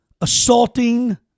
assaulting